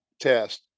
test